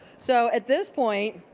so at this point,